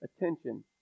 attention